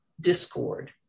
discord